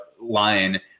line